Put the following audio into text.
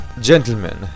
Gentlemen